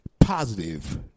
positive